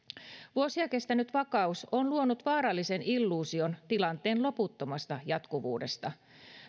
vuosia kestänyt vakaus on luonut vaarallisen illuusion tilanteen loputtomasta jatkuvuudesta